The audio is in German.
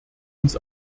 uns